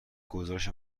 گزارش